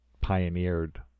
pioneered